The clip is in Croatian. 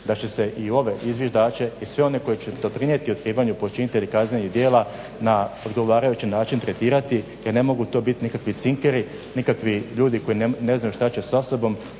da će se i ove i zviždače i sve one koji će doprinijeti otkrivanju počinitelja kaznenih djela na odgovarajući način tretirati jer ne mogu to biti nikakvi cinkeri nikakvi ljudi koji ne znaju šta će sa sobom.